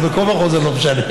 אז בין כה וכה זה לא משנה.